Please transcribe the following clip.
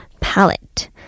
Palette